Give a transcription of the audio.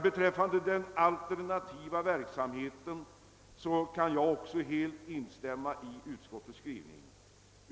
Beträffande den alternativa verksamheten kan jag också helt instämma i utskottets skrivning.